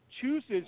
chooses